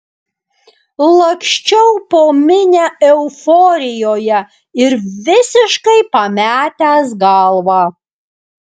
laksčiau po minią euforijoje ir visiškai pametęs galvą